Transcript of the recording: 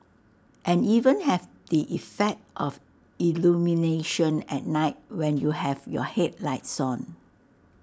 and even have the effect of illumination at night when you have your headlights on